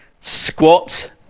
squat